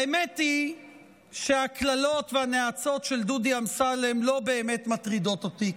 האמת היא שהקללות והנאצות של דודי אמסלם לא באמת מטרידות אותי,